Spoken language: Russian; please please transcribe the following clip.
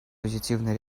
позитивной